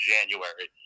January